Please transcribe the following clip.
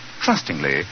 trustingly